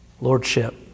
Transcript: Lordship